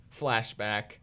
flashback